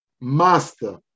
Master